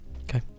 okay